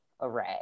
array